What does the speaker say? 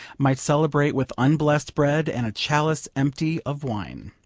might celebrate with unblessed bread and a chalice empty of wine.